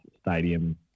stadium